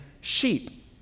sheep